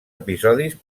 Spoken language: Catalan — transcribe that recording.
episodis